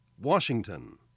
Washington